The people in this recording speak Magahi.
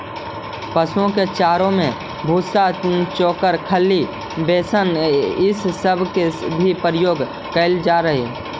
पशुओं के चारा में भूसा, चोकर, खली, बेसन ई सब के भी प्रयोग कयल जा हई